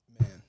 Man